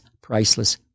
priceless